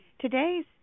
Today's